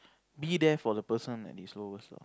be there for the person at his lowest time